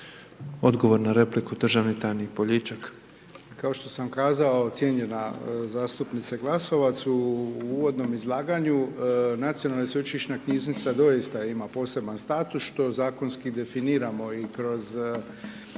Odgovor na repliku, državni tajnik Poljičak. **Poljičak, Ivica** Kao što sam kazao cijenjena zastupnice Glasovac u uvodnom izlaganju, Nacionalna sveučilišna knjižnica doista ima poseban status što zakonski definiramo i kroz